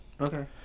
Okay